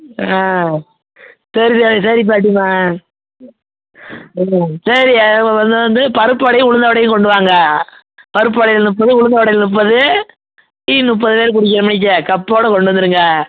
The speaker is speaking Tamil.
ஆ சரி சரி சரி பாட்டியம்மா ஒன்று சேரி ஒன்று வந்து பருப்பு வடையும் உளுந்த வடையும் கொண்டு வாங்க பருப்பு வடையில் முப்பது உளுந்த வடையில் முப்பது டீ முப்பது பேர் குடிக்கின்ற மடிக்கே கப்போட கொண்டு வந்துருங்க